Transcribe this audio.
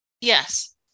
Yes